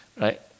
Right